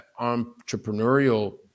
entrepreneurial